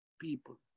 people